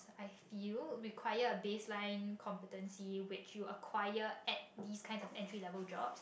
I feel require a baseline competency which you acquire at these kinds of entry level jobs